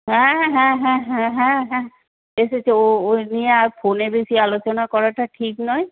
হ্যাঁ হ্যাঁ হ্যাঁ হ্যাঁ হ্যাঁ হ্যাঁ হ্যাঁ এসেছে ও নিয়ে আর ফোনে বেশি আলোচনা করাটা ঠিক নয়